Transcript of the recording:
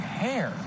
hair